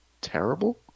terrible